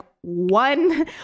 one